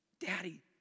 Daddy